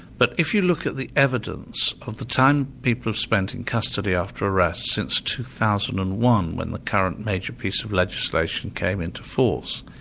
but if you look at the evidence of the time people have spent in custody after arrest since two thousand and one when the current major piece of legislation came into force,